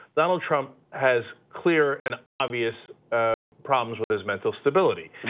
donald trump has clear and obvious ah problems with his mental stability.